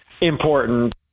important